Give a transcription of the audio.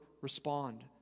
respond